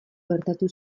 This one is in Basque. gertatu